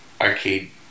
arcade